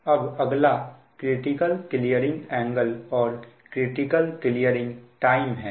अब अगला critical clearing angle और क्रिटिकल क्लीयरिंग टाइम है